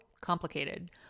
complicated